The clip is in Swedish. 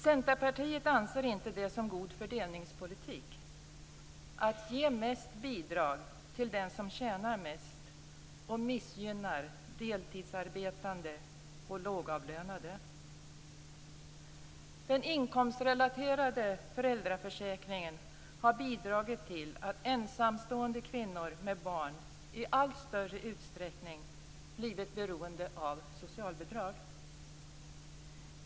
Centerpartiet anser det inte vara god fördelningspolitik att ge mest bidrag till den som tjänar mest och missgynna deltidsarbetande och lågavlönade. Den inkomstrelaterade föräldraförsäkringen har bidragit till att ensamstående kvinnor med barn i allt större utsträckning blivit beroende av socialbidrag.